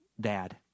dad